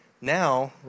Now